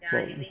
but